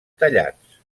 tallats